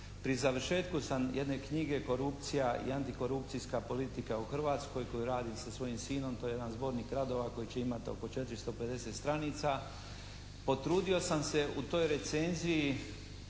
Pri završetku sam jedne knjige "Korupcija i antikorupcijska politika u Hrvatskoj", koju radim sa svojim sinom, to je jedan zbornik radova koji će imati oko 450 stranica. Potrudio sam se u toj recenziji